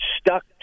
stuck